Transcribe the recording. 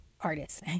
artists